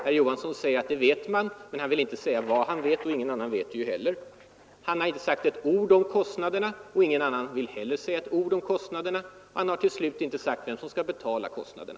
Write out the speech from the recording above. Herr Johansson säger att man vet svaret, men han vill inte säga vad han vet, och ingen annan känner heller till det. Han har inte sagt ett ord om kostnadernas storlek, och ingen annan vill heller säga ett ord om kostnaderna. Han har, till sist, inte sagt vem som skall betala kostnaderna.